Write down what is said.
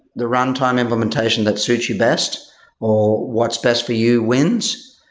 the runtime implementation that suits you best or what's best for you wins.